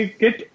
kit